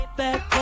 back